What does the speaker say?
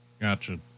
Gotcha